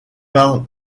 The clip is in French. par